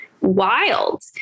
wild